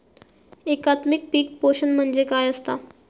एकात्मिक पीक पोषण म्हणजे काय असतां?